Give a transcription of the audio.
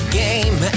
game